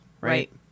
Right